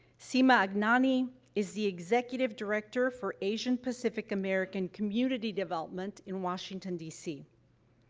seema agnani is the executive director for asian pacific american community development in washington, d c.